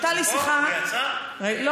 הייתה לי שיחה, הוא פה?